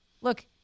Look